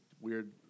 weird